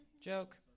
Joke